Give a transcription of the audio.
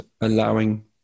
allowing